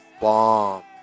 bomb